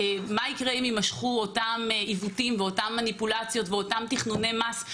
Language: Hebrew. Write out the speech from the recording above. מה יקרה אם יימשכו אותם עיוותים ואותן מניפולציות ואותם תכנוני מס,